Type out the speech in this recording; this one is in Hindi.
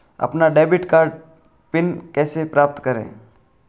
अपना डेबिट कार्ड पिन कैसे प्राप्त करें?